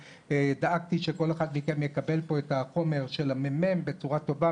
דאגתי שכל אחד מכם יקבל פה את החומר בצורה טובה,